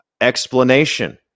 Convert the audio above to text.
explanation